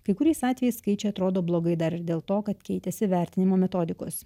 kai kuriais atvejais skaičiai atrodo blogai dar ir dėl to kad keitėsi vertinimo metodikos